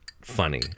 funny